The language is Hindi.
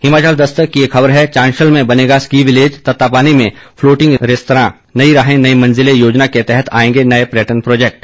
हिमाचल दस्तक की एक खबर है चांशल में बनेगा स्की विलेज तत्तापानी में फ्लोटिंग रेस्तरां नई राहें नई मंजिलें योजना के तहत आएंगे नए पर्यटन प्रोजेक्ट